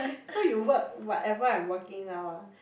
so you work whatever I'm working now lah